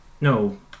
No